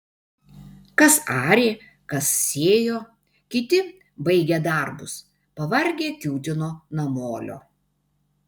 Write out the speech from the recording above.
kas arė kas sėjo kiti baigę darbus pavargę kiūtino namolio